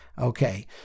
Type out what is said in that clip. Okay